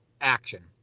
action